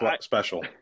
special